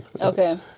Okay